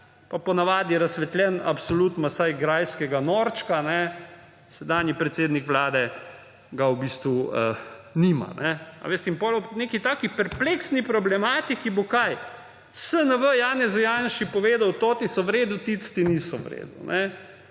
pa ponavadi razsvetljen absolut ima vsaj grajskega norčka, sedanji predsednik Vlade ga v bistvu nima. A veste. In potem ob neki taki perpleksni problematiki bo – kaj? SNAV Janezu Janši povedal, da toti so v redu, tisti niso v redu.